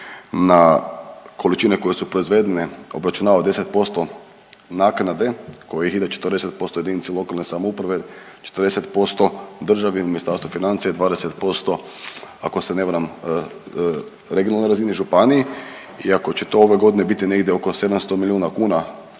na količine koje su proizvedene obračunava 10% naknade kojih ide 40% jedinici lokalne samouprave, 40% državi, Ministarstvu financija i 20% ako se varam regionalnoj razini, županiji. I ako će to ove godine biti negdje oko 700 milijuna kuna